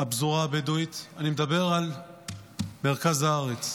הפזורה הבדואית, אני מדבר על מרכז הארץ,